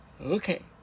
Okay